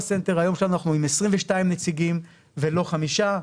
סנטר היום כשאנחנו עם 22 נציגים ולא חמישה.